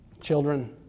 children